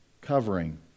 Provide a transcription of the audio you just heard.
covering